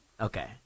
Okay